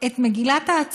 את מגילת העצמאות,